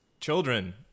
children